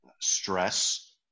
stress